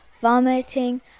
vomiting